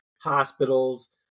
hospitals